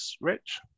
rich